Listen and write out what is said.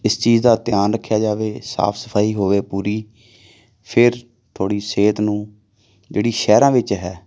ਇਸ ਚੀਜ਼ ਦਾ ਧਿਆਨ ਰੱਖਿਆ ਜਾਵੇ ਸਾਫ ਸਫਾਈ ਹੋਵੇ ਪੂਰੀ ਫਿਰ ਥੋੜ੍ਹੀ ਸਿਹਤ ਨੂੰ ਜਿਹੜੀ ਸ਼ਹਿਰਾਂ ਵਿੱਚ ਹੈ